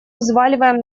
взваливаем